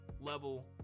level